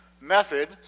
method